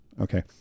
okay